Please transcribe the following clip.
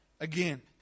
again